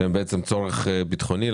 שהם בעצם צורך בטחוני.